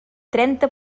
trenta